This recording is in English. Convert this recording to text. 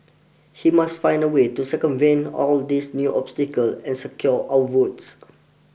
he must find a way to circumvent all these new obstacles and secure our votes